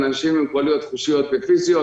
על אנשים עם מוגבלויות חושיות ופיזיות,